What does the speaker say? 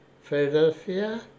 Philadelphia